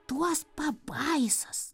tuos pabaisas